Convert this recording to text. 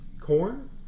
Corn